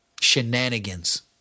shenanigans